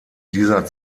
dieser